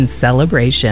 celebration